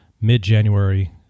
mid-January